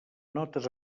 notes